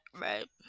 right